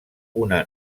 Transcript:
una